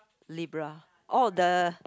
Libra oh the